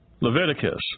Leviticus